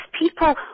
people